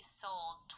sold